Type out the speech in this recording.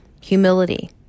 Humility